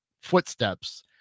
footsteps